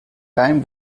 time